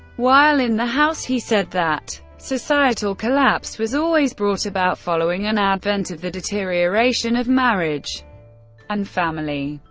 while in the house, he said that societal collapse was always brought about following an advent of the deterioration of marriage and family.